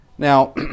Now